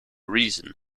reason